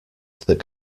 that